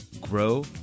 grow